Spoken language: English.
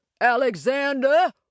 Alexander